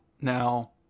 Now